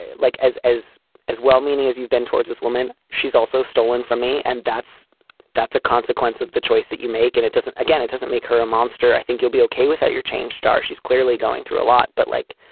like as as as well-meaning as you've been towards this woman, she's also stolen from me. and that's that's a consequence of the choice that you make. and it doesn't again, it doesn't make her a monster. i think you'll be okay with that. your change star. she's clearly going through a lot but like,